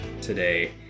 today